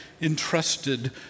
entrusted